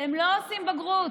הם לא עושים בגרות.